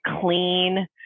clean